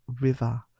River